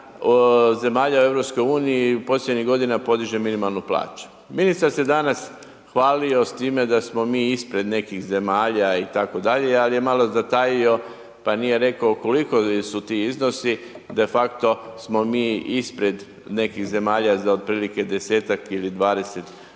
zemalja u EU posljednjih godina podiže minimalnu plaću. Ministar se danas hvalio s time da smo mi ispred nekih zemalja itd. ali je malo zatajio pa nije rekao koliko su ti iznosi defakto smo mi ispred nekih zemlja za otprilike 10-tak ili 20